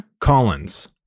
Collins